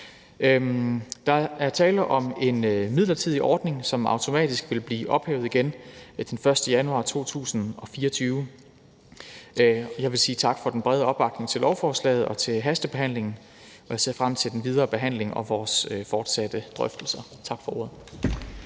Der er tale om en midlertidig ordning, som automatisk vil blive ophævet igen den 1. januar 2024. Jeg vil sige tak for den brede opbakning til lovforslaget og til hastebehandlingen, og jeg ser frem til den videre behandling og vores fortsatte drøftelser. Tak for ordet.